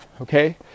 Okay